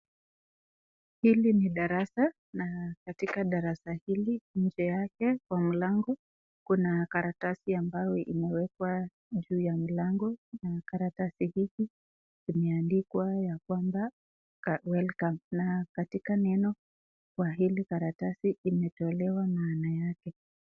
Hili ni darasa na katika darasa hili njee yake kwa mlango kuna karatasi ambayo imewekwa juu ya mlango, na karatasi hizi zimeandikwa ya kwanza welcome na katika karatasi imetolewa maana yake.